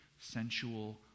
sensual